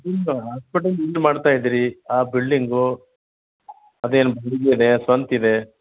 hospital ಎಲ್ಲಿ ಮಾಡ್ತಾ ಇದಿರಿ ಆ ಬಿಲ್ಡಿಂಗೂ ಅದೇನು ಬಾಡ್ಗೆ ಇದೇ ಸ್ವಂತ ಇದೇ